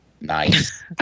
Nice